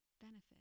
benefit